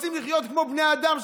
רוצים לחיות כמו בני אדם,